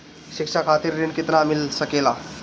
शिक्षा खातिर ऋण केतना मिल सकेला?